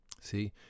see